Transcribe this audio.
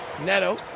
Neto